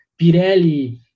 Pirelli